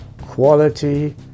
quality